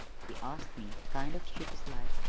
he asked me, kind of sheepish-like,